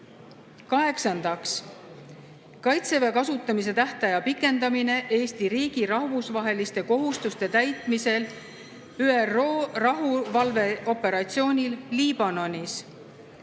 Kaheksandaks, "Kaitseväe kasutamise tähtaja pikendamine Eesti riigi rahvusvaheliste kohustuste täitmisel ÜRO rahuvalveoperatsioonil Liibanonis".